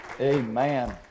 Amen